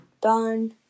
Done